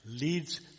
leads